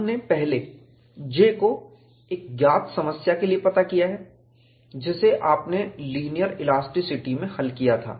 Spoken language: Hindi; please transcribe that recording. हमने पहले J को एक ज्ञात समस्या के लिए पता किया है जिसे आपने लीनियर इलास्टिसिटी में हल किया था